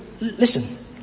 listen